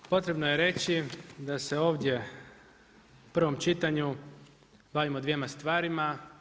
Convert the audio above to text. Potrebno je reći da se ovdje u prvom čitanju bavimo dvjema stvarima.